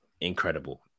Incredible